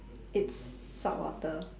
it's saltwater